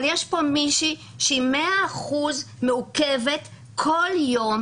אבל יש פה מישהי שהיא 100% מעוכבת כל יום,